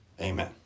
amen